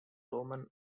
roman